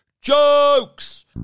jokes